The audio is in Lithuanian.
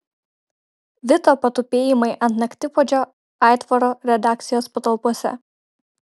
vito patupėjimai ant naktipuodžio aitvaro redakcijos patalpose